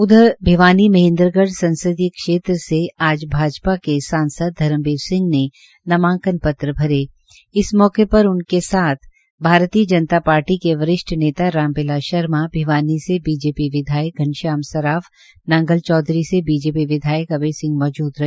उधर भिवानी महेन्द्रगढ़ क्षेत्र से आज भाजपा के सांसद धर्मबीर सिंह ने नामांकन पत्र भरे इस मौके पर उनक साथ भारतीय जनता पार्टी के वरिष्ठ नेता राम बिलास शर्मा भिवानी से बीजेपी विधायक घनश्याम सरार्फ नांगल चौधरी से बीजेपी विधायक अभय सिह मौजूद रहे